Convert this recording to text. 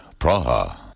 Praha